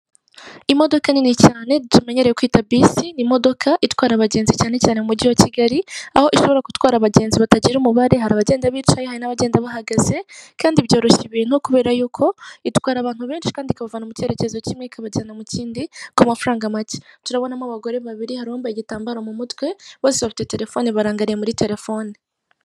Imodoka nini cyane tumenyereye kwita bisi ni imodoka itwara abagenzi cyane cyane mu mujyi wa Kigali, aho ishobora gutwara abagenzi batagira umubare, hari abagenda bicaye hari n'abagenda bahagaze, kandi byoroshya ibintu kubera y'uko, itwara abantu benshi kandi ikabavana mu cyerekezo kimwe ikabajyana mu kindi ku mafaranga make. Turabonamo abagore babiri hari uwambaye igitambaro mu mutwe, bose bafite telefone barangariye muri telefone.